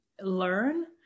learn